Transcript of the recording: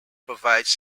provides